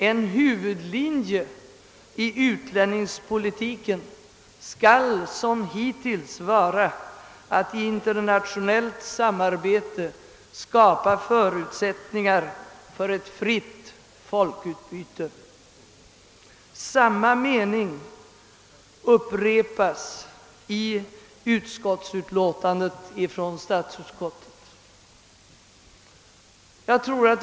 »En huvudlinje i utlänningspolitiken skall som hittills vara att i internationellt samarbete skapa förutsättningar för ett fritt folkutbyte.» Samma mening upprepas i statsutskottets utlåtande nr 196.